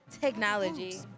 Technology